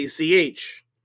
ACH